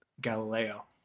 Galileo